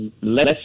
less